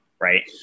right